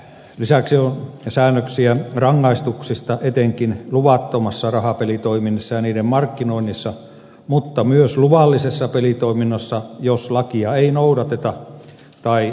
lisäksi on säännöksiä rangaistuksista etenkin luvattomassa rahapelitoiminnassa ja niiden markkinoinnissa mutta myös luvallisessa pelitoiminnassa jos lakia ei noudateta tai lupaehtoja rikotaan